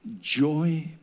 joy